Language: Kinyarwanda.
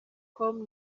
com